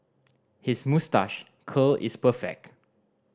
his moustache curl is perfect